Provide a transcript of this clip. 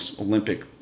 Olympic